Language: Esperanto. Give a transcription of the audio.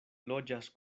loĝas